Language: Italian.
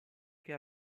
che